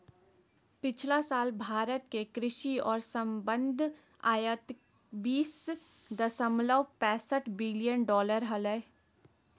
पिछला साल भारत के कृषि और संबद्ध आयात बीस दशमलव पैसठ बिलियन डॉलर हलय